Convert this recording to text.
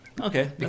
okay